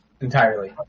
Entirely